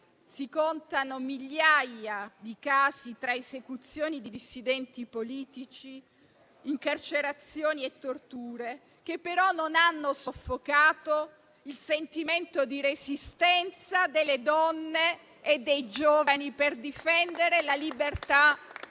Si contano migliaia di casi, tra esecuzioni di dissidenti politici, incarcerazioni e torture, che però non hanno soffocato il sentimento di resistenza delle donne e dei giovani per difendere la libertà